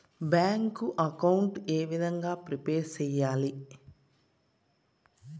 Bank account ఏ విధంగా prepare సెయ్యాలి?